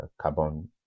carbon